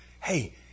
hey